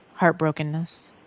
heartbrokenness